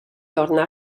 torna